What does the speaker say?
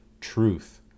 Truth